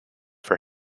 for